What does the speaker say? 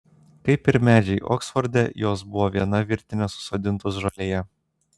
kaip ir medžiai oksforde jos buvo viena virtine susodintos žolėje